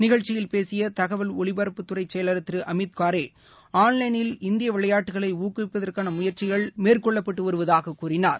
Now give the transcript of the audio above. நிகழ்ச்சியில் பேசிய தகவல் ஒலிபரப்புத்துறை செயலர் திரு அமித்காரே ஆன்லைளில் இந்திய விளையாட்டுக்களை ஊக்குவிப்பதற்கான முயற்சிகள் மேற்கொள்ளப்பட்டு வருவதாகக் கூறினார்